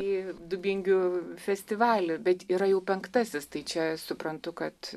į dubingių festivalį bet yra jau penktasis tai čia suprantu kad